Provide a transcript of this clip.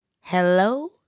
Hello